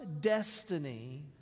destiny